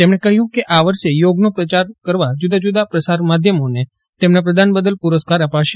તેમજ્ઞે કહયું કે આ વર્ષે યોગનો પ્રચાર કરવા જુદા જુદા પ્રસાર માધ્યમોને તેમના પ્રદાન બદલ પુરસ્કાર અપાશે